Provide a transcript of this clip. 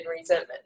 resentment